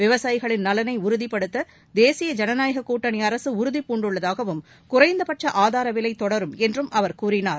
விவசாயிகளின் நலனை உறுதிப்படுத்த தேசிய ஜனநாயக கூட்டணி அரசு உறுதி பூண்டுள்ளதாகவும் குறைந்தபட்ச ஆதார விலை தொடரும் என்றும் அவர் கூறினார்